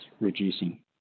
reducing